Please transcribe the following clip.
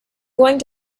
going